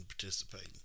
participating